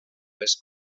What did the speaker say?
les